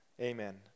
Amen